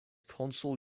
consul